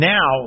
Now